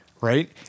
right